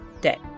day